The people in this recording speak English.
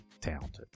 talented